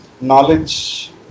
knowledge